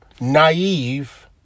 Naive